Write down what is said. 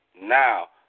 Now